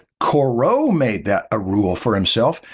corot made that a rule for himself.